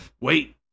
Wait